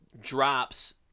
drops